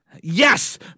Yes